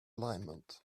alignment